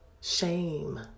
shame